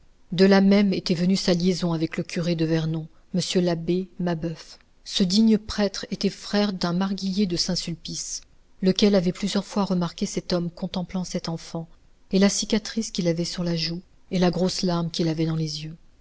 de là même était venue sa liaison avec le curé de vernon m l'abbé mabeuf ce digne prêtre était frère d'un marguillier de saint-sulpice lequel avait plusieurs fois remarqué cet homme contemplant cet enfant et la cicatrice qu'il avait sur la joue et la grosse larme qu'il avait dans les yeux